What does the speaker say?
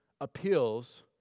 appeals